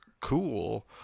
cool